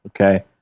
Okay